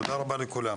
תודה רבה לכולם.